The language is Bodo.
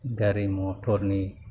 गारि मथरनि